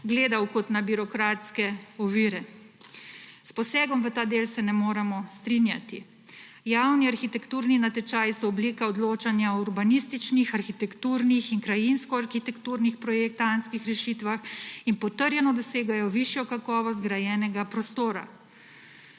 gledal kot na birokratske ovire. S posegom v ta del se ne moremo strinjati. Javni arhitekturni natečaji so oblika odločanja o urbanističnih, arhitekturnih in krajinskoarhitekturnih projektantskih rešitvah in potrjeno dosegajo višjo kakovost grajenega prostora.